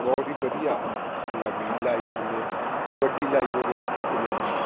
ਬਹੁਤ ਹੀ ਵਧੀਆ ਪੰਜਾਬੀ ਲਾਈਵ ਆਉਂਦੇ ਆ ਕਬੱਡੀ ਲਾਈਵ ਹੋ ਗਿਆ ਉਹ ਪੰਜਾਬੀ